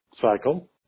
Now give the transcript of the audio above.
cycle